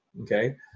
okay